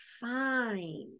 fine